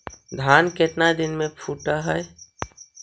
धान केतना दिन में फुट है?